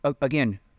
again